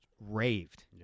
raved